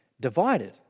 divided